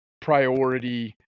priority